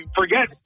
forget